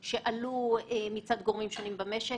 זאת בעקבות ועדות שונות שישבו - החל מוועדת ברודט,